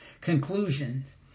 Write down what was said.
Conclusions